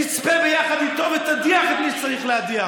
תצפה ביחד איתו ותדיח את מי שצריך להדיח.